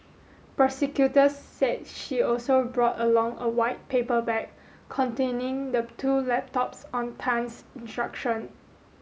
prosecutors said she also brought along a white paper bag containing the two laptops on Tan's instruction